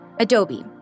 Adobe